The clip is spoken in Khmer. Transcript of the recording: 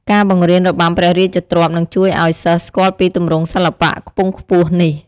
ការបង្រៀនរបាំព្រះរាជទ្រព្យនឹងជួយឱ្យសិស្សស្គាល់ពីទម្រង់សិល្បៈខ្ពង់ខ្ពស់នេះ។